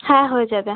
হ্যাঁ হয়ে যাবে